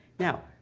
now,